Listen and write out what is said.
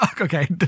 okay